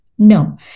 no